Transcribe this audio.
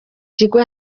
kigo